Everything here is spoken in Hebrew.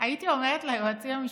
הייתי אומרת ליועצים המשפטיים: